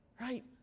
Right